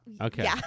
Okay